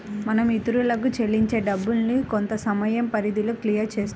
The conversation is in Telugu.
మనం ఇతరులకు చెల్లించే డబ్బుల్ని కొంతసమయం పరిధిలో క్లియర్ చేస్తుంటారు